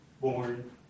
born